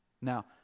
Now